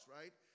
right